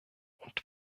und